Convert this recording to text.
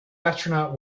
astronaut